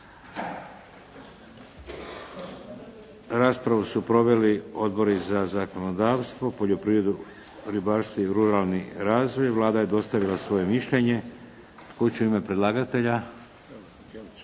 Raspravu su proveli Odbori za zakonodavstvo, poljoprivredu, ribarstvo i ruralni razvoj. Vlada je dostavila svoje mišljenje. Tko će u ime predlagatelja?